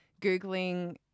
Googling